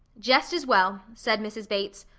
jest as well, said mrs. bates.